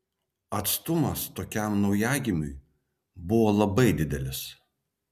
atstumas tokiam naujagimiui buvo labai didelis